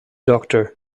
doctor